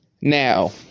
Now